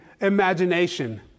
imagination